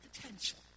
potential